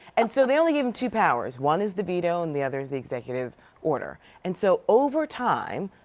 and so they only gave him two powers. one is the veto. and the other is the executive order. and so over time,